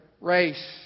race